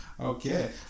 Okay